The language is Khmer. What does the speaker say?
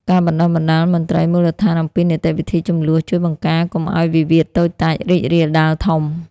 ការបណ្ដុះបណ្ដាលមន្ត្រីមូលដ្ឋានអំពីនីតិវិធីជម្លោះ ជួយបង្ការកុំឱ្យវិវាទតូចតាចរីករាលដាលធំ។